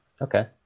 Okay